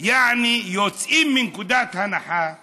יעני, יוצאים מנקודת הנחה שהגוי,